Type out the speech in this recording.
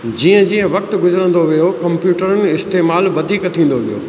जीअं जीअं वक़्तु गुज़रंदो वियो कंप्यूटरनि इस्तेमालु वधीक थींदो वियो